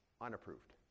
unapproved